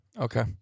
okay